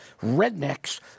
rednecks